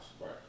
Right